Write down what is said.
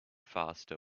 faster